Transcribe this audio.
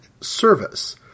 service